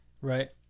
Right